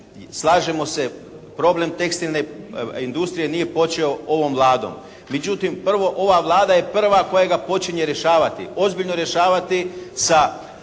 slažemo se, problem tekstilne industrije nije počeo ovom Vladom. Međutim, prvo ova Vlada je prva koja ga počinje rješavati, ozbiljno rješavati sa